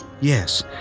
Yes